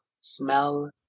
smell